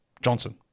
Johnson